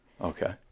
Okay